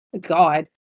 God